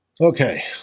Okay